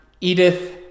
Edith